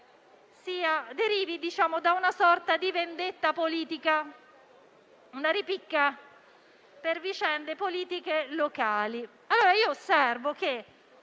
derivi da una sorta di vendetta politica o da una ripicca per vicende politiche locali.